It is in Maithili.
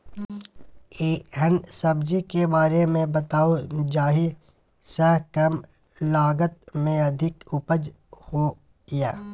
एहन सब्जी के बारे मे बताऊ जाहि सॅ कम लागत मे अधिक उपज होय?